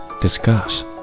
Discuss